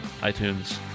iTunes